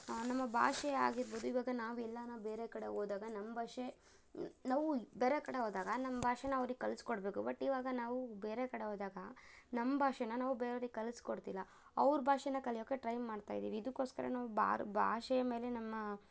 ನಮ್ಮ ಭಾಷೆ ಆಗಿರ್ಬೋದು ಇವಾಗ ನಾವೆಲ್ಲನ ಬೇರೆ ಕಡೆ ಹೋದಾಗ ನಮ್ಮ ಭಾಷೆ ನಾವು ಬೇರೆ ಕಡೆ ಹೋದಾಗ ನಮ್ಮ ಭಾಷೇನ ಅವ್ರಿಗೆ ಕಲ್ಸ್ಕೊಡ್ಬೇಕು ಬಟ್ ಇವಾಗ ನಾವು ಬೇರೆ ಕಡೆ ಹೋದಾಗ ನಮ್ಮ ಭಾಷೇನ ನಾವು ಬೇರೆವ್ರಿಗೆ ಕಲ್ಸಿ ಕೊಡ್ತಿಲ್ಲ ಅವರ ಭಾಷೇನ ಕಲಿಯೋಕ್ಕೆ ಟ್ರೈ ಮಾಡ್ತಾಯಿದ್ದೀವಿ ಇದಕ್ಕೋಸ್ಕರ ನಾವು ಬಾರ್ ಭಾಷೆಯ ಮೇಲೆ ನಮ್ಮ